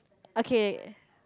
okay